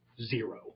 Zero